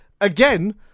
again